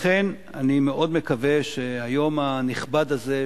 לכן אני מאוד מקווה שביום הנכבד הזה,